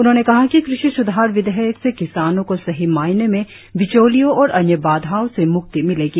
उन्होंने कहा कि कृषि स्धार विधेयक से किसानों को सही मायने में बिचौलियों और अन्य बाधाओं से म्क्ति मिलेगी